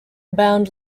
bound